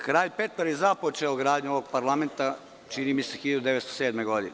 Kralj Petar je započeo gradnju ovog parlamenta čini mi se 1907. godine.